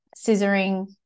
scissoring